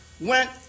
went